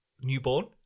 newborn